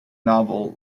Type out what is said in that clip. novel